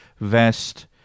vest